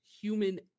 human